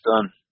done